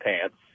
pants